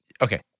Okay